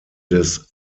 des